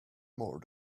more